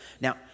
Now